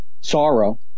sorrow